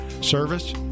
service